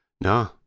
no